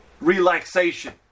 relaxation